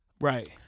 right